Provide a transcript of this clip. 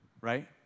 right